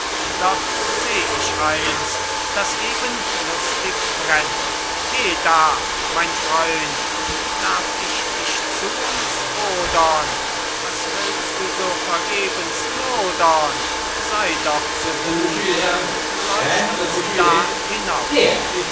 dort seh ich eins das eben lustig brennt he da mein freund darf ich dich zu uns fodern was willst du so vergebens lodern sey doch so gut und leucht uns da hinauf